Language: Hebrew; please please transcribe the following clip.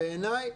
בעיניי,